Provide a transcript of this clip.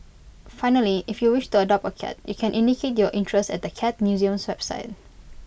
finally if you wish to adopt A cat you can indicate your interest at the cat museum's website